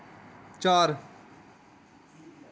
चार